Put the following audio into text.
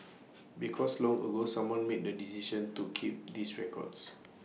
because long ago someone made the decision to keep these records